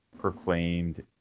proclaimed